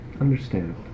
Understand